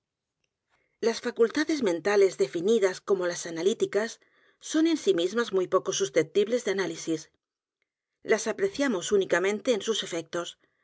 las facultades mentales definidas como las analíticas son en sí mismas muy poco susceptibles de análisis las apreciamos únicamente en sus efectos